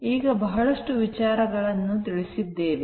ಈಗ ಬಹಳಷ್ಟು ವಿಚಾರಗಳನ್ನು ತಿಳಿಸಿದ್ದೇವೆ